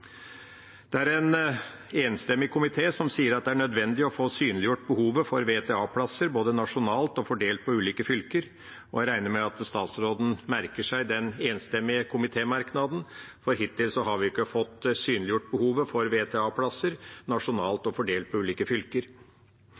Det er en enstemmig komité som sier det er nødvendig å få synliggjort behovet for VTA-plasser, både nasjonalt og fordelt på ulike fylker, og jeg regner med at statsråden merker seg den enstemmige komitémerknaden, for hittil har vi ikke fått synliggjort behovet for VTA-plasser nasjonalt og fordelt på ulike fylker.